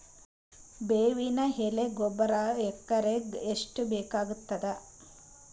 ಬೇವಿನ ಎಲೆ ಗೊಬರಾ ಎಕರೆಗ್ ಎಷ್ಟು ಬೇಕಗತಾದ?